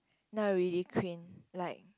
no really Queen like